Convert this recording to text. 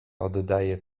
oddaje